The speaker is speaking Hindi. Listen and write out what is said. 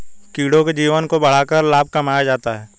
कीड़ों के जीवन को बढ़ाकर लाभ कमाया जाता है